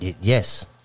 Yes